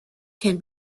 can